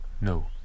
No